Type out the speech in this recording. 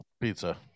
pizza